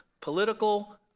political